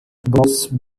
box